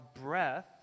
breath